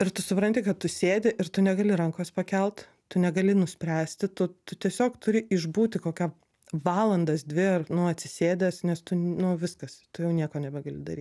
ir tu supranti kad tu sėdi ir tu negali rankos pakelt tu negali nuspręsti tu tu tiesiog turi išbūti kokią valandas dvi ar nu atsisėdęs nes tu nu viskas tu jau nieko nebegali daryt